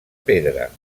pedra